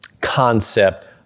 concept